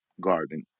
garden